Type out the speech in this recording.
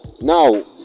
Now